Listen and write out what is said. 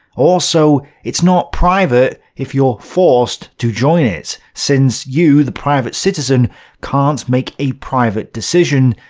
also, it's not private if you're forced to join it, since you the private citizen can't make a private decision,